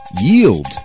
Yield